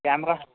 camera